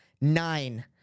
Nine